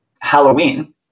halloween